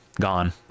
Gone